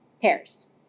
pairs